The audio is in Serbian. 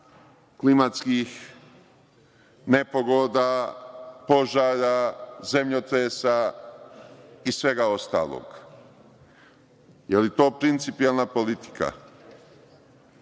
klimatskih nepogoda, požara, zemljotresa i svega ostalog. Da li je to principijelna politika?